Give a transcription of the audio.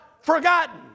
forgotten